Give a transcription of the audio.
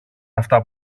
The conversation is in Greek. αυτά